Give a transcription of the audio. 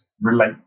relate